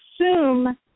assume